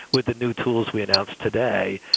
with the new tools we announced today,